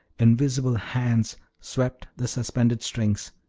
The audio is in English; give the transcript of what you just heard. invisible hands, swept the suspended strings,